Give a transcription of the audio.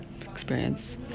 experience